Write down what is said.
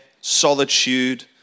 solitude